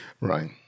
right